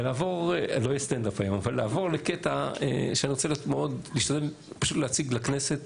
ולעבור לקטע שאני רוצה להשתדל פשוט להציג לכנסת